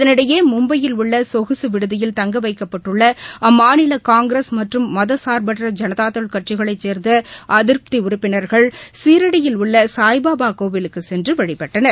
இதனிடையே மும்பையில் உள்ளசொகுசுவிடுதியில் தங்கவைக்கப்பட்டுள்ள அம்மாநிலகாங்கிரஸ் மற்றும் மதச்சார்பற்ற ஜனதாதள் கட்சிகளைச்சேர்ந்தஅதிருப்திஉறுப்பினர்கள் சிரிடியில் உள்ளசாய் பாபாகோவிலுக்குசென்றுவழிபட்டனர்